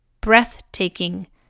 Breathtaking